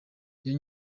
iyo